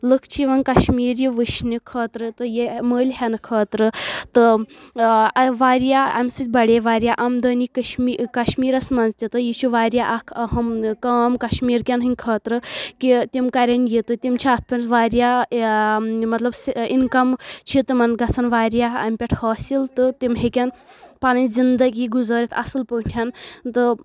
لُکھ چھِ یوان کٔشمیر یہِ وُچھنہِ خٲطرٕ تہٕ یہِ مٔلۍ ہیٚنہٕ خٲطرٕ تہٕ واریاہ امہِ سۭتۍ بڑے واریاہ آمدٔنی کشمی کشمیرس منٛز تہِ تہٕ یہِ چھُ واریاہ اکھ أہم کٲم کشمیر کٮ۪ن ہنٛدۍ خٲطرٕ کہِ تم کرن یہِ تہٕ تم چھِ اتھ پٮ۪ٹھ واریاہ مطلب اِنکم چھِ تمن گژھان واریاہ امہِ پٮ۪ٹھ حٲصل تہٕ تم ہیٚکان پنٕنۍ زنٛدگی گزٲرتھ اصٕل پاٹھۍ تہٕ